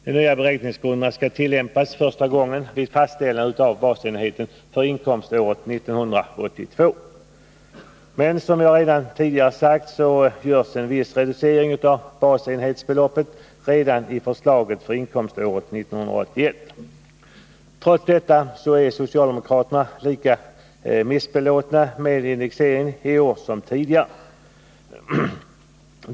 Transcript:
De nya beräkningsgrunderna skall tillämpas första gången vid fastställande av basenheten för inkomståret 1982. Men som jag redan tidigare har sagt görs en viss reducering av basenhetsbeloppet redan i förslaget för inkomståret 1981. Trots detta är socialdemokraterna lika missbelåtna med indexeringen i år som tidigare.